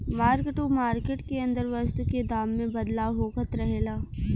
mark to market के अंदर वस्तु के दाम में बदलाव होखत रहेला